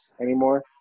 anymore